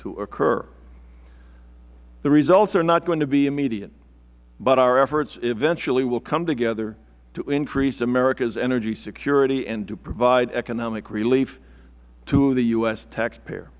to occur the results are not going to be immediate but our efforts eventually will come together to increase america's energy security and to provide economic relief to the u s taxpayer